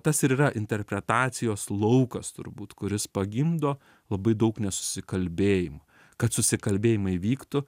tas ir yra interpretacijos laukas turbūt kuris pagimdo labai daug nesusikalbėjimo kad susikalbėjimai vyktų